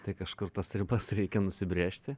tai kažkur tas ribas reikia nusibrėžti